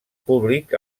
públic